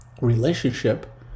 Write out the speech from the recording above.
relationship